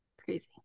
Crazy